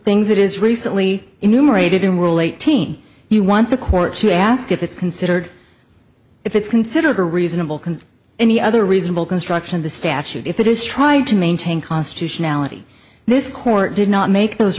things that is recently enumerated in whirl eighteen you want the court to ask if it's considered if it's considered a reasonable concern any other reasonable construction the statute if it is trying to maintain constitutionality this court did not make those